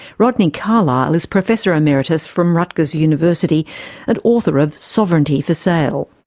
rodney carlisle is professor emeritus from rutgers university and author of sovereignty for sale.